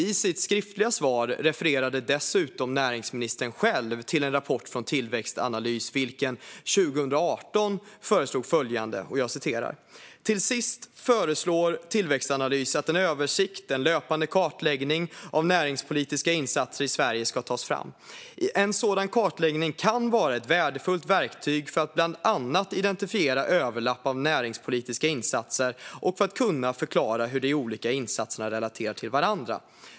I sitt skriftliga svar refererade dessutom näringsministern själv till en rapport från Tillväxtanalys, som år 2018 föreslog följande: "Till sist föreslår Tillväxtanalys att en översikt, en löpande kartläggning, av näringspolitiska insatser i Sverige tas fram. En sådan kartläggning kan vara ett värdefullt verktyg för att bland annat identifiera överlapp av näringspolitiska insatser, och för att kunna förklara hur de olika insatserna relaterar till varandra."